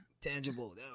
tangible